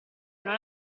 non